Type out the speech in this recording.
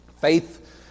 faith